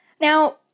Now